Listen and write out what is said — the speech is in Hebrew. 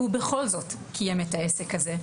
והוא בכל זאת קיים את העסק הזה,